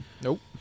Nope